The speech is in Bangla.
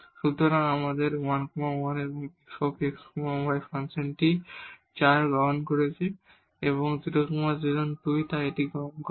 সুতরাং 11 এ f x y ফাংশনটি 4 গ্রহণ করছে এবং 0 0 2 এবং তাই গ্রহণ করছে